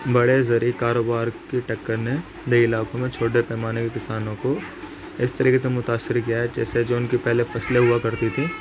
بڑے زرعی کاروبار کی ٹکر نے دیہی علاقوں میں چھوٹے پیمانے کے کسانوں کو اس طریقے سے متأثر کیا ہے جیسے جو ان کی پہلے فصلیں ہوا کرتی تھیں